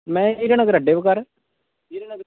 में हीरानगर अड्डे पर घर